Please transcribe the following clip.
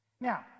Now